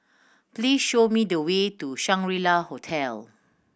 please show me the way to Shangri La Hotel